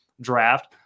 draft